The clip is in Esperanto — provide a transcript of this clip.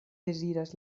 deziras